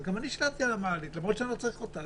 אז גם אני שילמתי על המעלית למרות שאני לא צריך אותה,